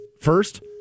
First